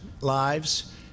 lives